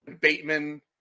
Bateman